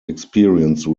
experience